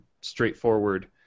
straightforward